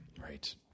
Right